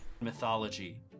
...mythology